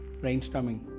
brainstorming